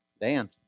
Dan